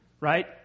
Right